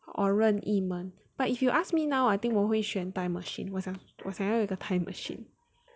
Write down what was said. or but if you ask me now I think 我会选 time machine 我想要我想要有一个 time machine